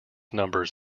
numbers